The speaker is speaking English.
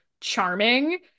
charming